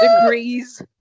degrees